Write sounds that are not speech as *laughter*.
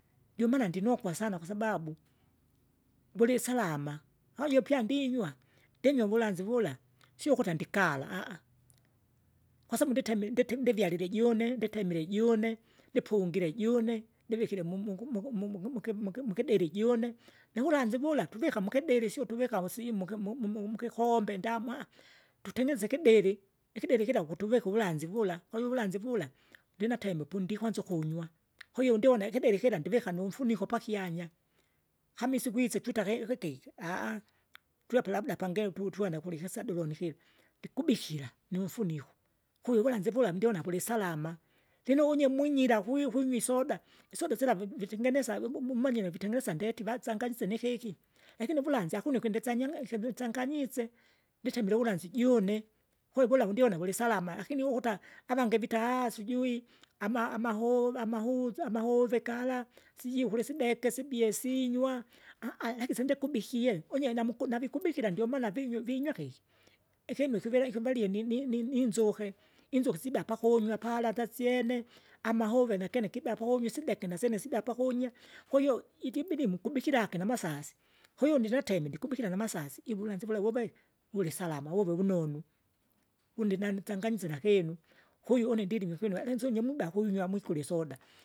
Jumana ndinokwa sana kwasababu, vulisalama, kwahiyo pya ndinywa ndinywa uvulanzi vula vula, sio ukuta andikala, *hesitation* kwasabu nditemie ndite ndivyalile june nditemire june, ndipungire june, ndivikire mu- muku- muku- muku- muki- mukideli june nuvulanzi vula, tuvika mukidilisi utuvika vusi muki- mu- mu- mukikombe ndamwa, tutengeneze ikidele ikidili kira ukutuveka uvulanzi vula kwahiyo uvulanzi, vula ndinateme pondikwanza ukunya. Kwahiyo ndiona ikidele kira ndivika numfuniko pakyanya, kama isiku isi twita kehe ikikeki *hesitation* tuape labda pange tutuene ukula ikisabilo nikila, ndikubikira, niufuniko kuivulanzi vula ndiona vulisalam. Ndino unye mwinyira kwi- kwinyi isoda, isoda sila vi- vitengenesa viumumu umanyire vitengenesa ndeti vasanganyise nikeki. Lakini uvulanzi akuna ikindisanye ikindisanganyise, nitemile uvulanzi juune koo vula undiona vulisalama lakini ukuta avange vita *hesitation* sijui ama- ama- ho amahuza amahove kala, sijiu kulisideke sibie sinywa *hesitation* lekisindekubikie unye namuku navikubikira ndiomaana vinywa- vinywakeki. Ikinu ikiviri ikivalie ni- ni- ni- ni- ninzuke, inzuke siba pakunywa pala tasyene, amahuve nakene kibya pakume isideke nasyene sida pakunya, kwahiyo ilibidi mkubikilage namasasi, kwahiyo ndinateme ndikubikile namasasi, ivulanzi vula vuve, vulisalama, vuve vunonu, vundi na- nachanganisira kinu, kwahiyo une ndilima ukwinu alanzunye muba kuinywa mwikuli isoda.